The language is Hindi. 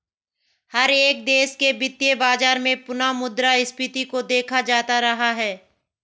हर एक देश के वित्तीय बाजार में पुनः मुद्रा स्फीती को देखा जाता रहा है